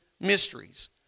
mysteries